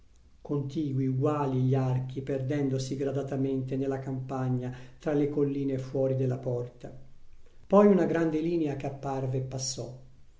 contigui uguali gli archi perdendosi gradatamente nella campagna tra le colline fuori della porta poi una grande linea che apparve passò